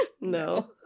no